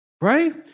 right